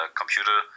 computer